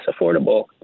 affordable